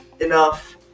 enough